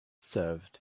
served